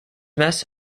mess